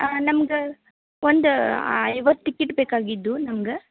ಹಾಂ ನಮ್ಗೆ ಒಂದು ಐವತ್ತು ಟಿಕಿಟ್ ಬೇಕಾಗಿದ್ದು ನಮ್ಗೆ